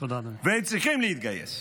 והם צריכים להתגייס.